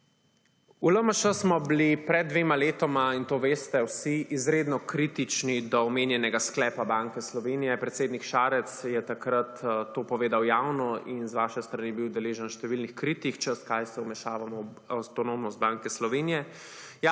V LMŠ smo bili pred dvema letoma, in to veste vsi, izredno kritični do omenjenega sklepa Banke Slovenije, predsednik Šarec ja takrat to povedal javno in z vaše strani je bil deležen številnih kritik, češ kaj se vmešavamo v avtonomnost Banke Slovenije.